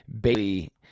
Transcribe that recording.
baby